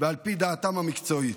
ועל פי דעתם המקצועית.